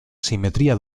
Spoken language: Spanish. simetría